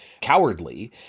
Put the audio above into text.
cowardly